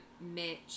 Mitch